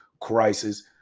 crisis